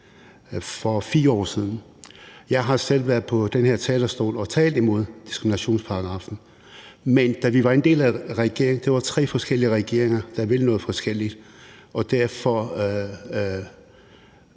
i vores 2030-plan. Jeg har selv været på den her talerstol og talt imod diskriminationsparagraffen, men da vi var en del af regeringen, var det tre forskellige partier, der ville noget forskelligt, og derfor